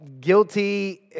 Guilty